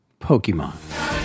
Pokemon